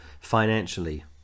financially